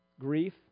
grief